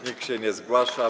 Nikt się nie zgłasza.